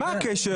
מה הקשר?